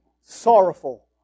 sorrowful